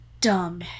dumb